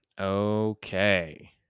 Okay